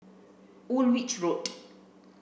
Woolwich Road